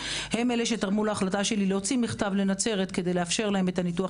הם אלה שתרמו להחלטה שלי להוציא מכתב לנצרת כדי לאפשר להם את הניתוח